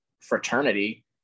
fraternity